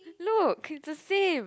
look it's the same